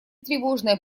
тревожное